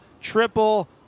triple